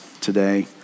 today